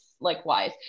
likewise